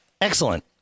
Excellent